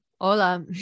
Hola